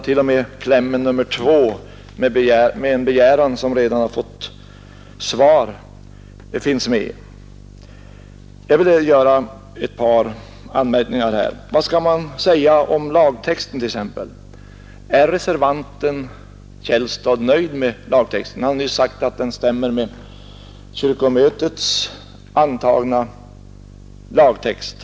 T. o. m. klämmen nr 2 med en begäran som redan har fått svar finns med. Jag vill göra ett par anmärkningar här. Vad skall man säga om lagtexten t.ex.? Är reservanten herr Källstad nöjd med lagtexten? Han har nyss sagt att den stämmer med den av kyrkomötet antagna lagtexten.